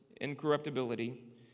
incorruptibility